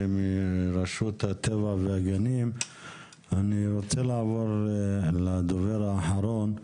אני רוצה לעבור לדובר האחרון,